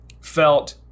felt